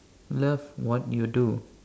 love what you do